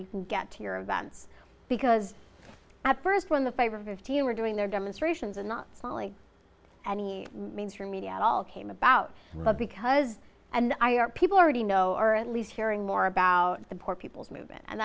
media get to your events because at first when the five or fifteen were doing their demonstrations and not folly and any mainstream media at all came about but because and i are people already know or at least caring more about the poor people's movement and